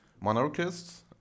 monarchists